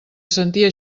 sentia